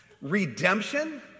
Redemption